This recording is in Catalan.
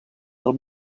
del